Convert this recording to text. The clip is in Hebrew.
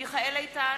מיכאל איתן,